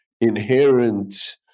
inherent